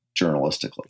journalistically